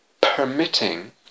permitting